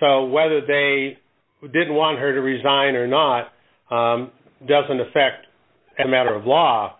so whether they did want her to resign or not doesn't affect as a matter of law